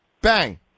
Bang